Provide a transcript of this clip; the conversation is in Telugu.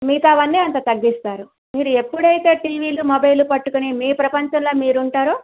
మిగతావన్నీ అంత తగ్గిస్తారు మీరు ఎప్పుడైతే టీవీలు మొబైల్ పట్టుకొని మీ ప్రపంచంలో మీరు ఉంటారో